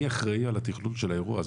מי אחראי על התכלול של האירוע הזה?